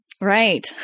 Right